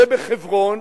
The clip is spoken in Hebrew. ובחברון,